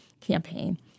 campaign